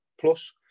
plus